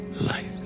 life